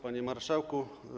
Panie Marszałku!